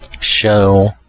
show